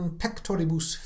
pectoribus